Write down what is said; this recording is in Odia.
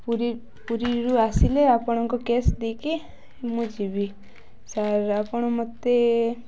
ପୁରୀ ପୁରୀରୁ ଆସିଲେ ଆପଣଙ୍କ କ୍ୟାଶ୍ ଦେଇକି ମୁଁ ଯିବି ସାର୍ ଆପଣ ମୋତେ